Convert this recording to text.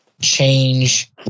change